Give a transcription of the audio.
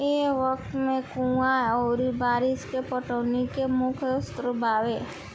ए वक्त में कुंवा अउरी बारिस ही पटौनी के मुख्य स्रोत बावे